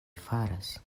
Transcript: faras